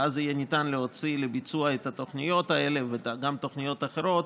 ואז יהיה ניתן להוציא לביצוע את התוכניות האלה וגם תוכניות אחרות,